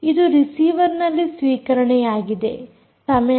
ಇದು ರಿಸಿವರ್ನಲ್ಲಿ ಸ್ವೀಕರಣೆಯಾಗಿದೆ ಸಮಯ ನೋಡಿ 2806